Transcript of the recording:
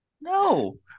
no